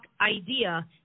idea